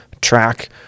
track